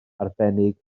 arbennig